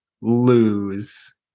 lose